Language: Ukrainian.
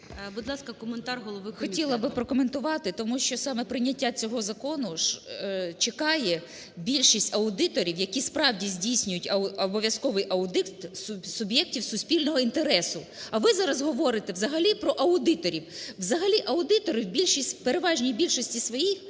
Хотіла би прокоментувати, тому що саме прийняття цього Закону чекає більшість аудиторів, які справді здійснюють обов'язковий аудит суб'єктів суспільного інтересу. А ви зараз говорите взагалі про аудиторів. Взагалі аудитори у переважній більшості своїй